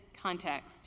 context